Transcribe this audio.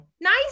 nice